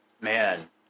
man